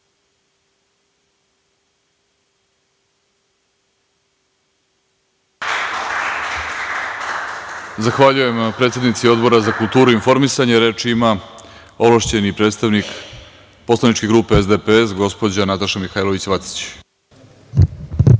Zahvaljujem predsednici Odbora za kulturu i informisanje. Reč ima ovlašćeni predstavnik poslaničke grupe SDPS gospođa Nataša Mihailović